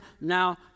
now